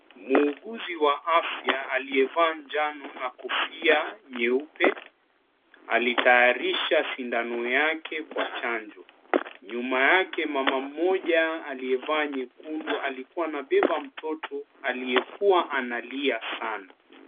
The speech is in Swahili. Muuguzi wa afya aliyevaa njano na kofia nyeupe alitayarisha sindano yake kwa chanjo. Nyuma yake mama mmoja aliyevaa nyekundu alikuwa anabeba mtoto aliyekuwa analia Sana.